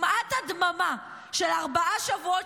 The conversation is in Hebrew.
למעט הדממה של ארבעה שבועות,